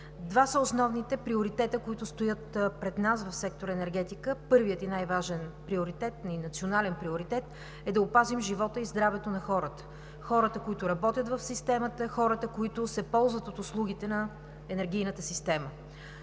Два са основните приоритета, които стоят пред нас в сектор „Енергетика“. Първият и най-важният национален приоритет е да опазим живота и здравето на хората – хората, които работят в системата, хората, които се ползват от услугите на енергийната система.